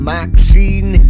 Maxine